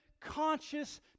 conscious